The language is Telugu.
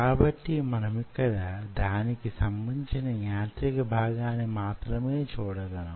కాబట్టి మనమిక్కడ దానికి సంబంధించిన యాంత్రిక భాగాన్ని మాత్రమే చూడగలం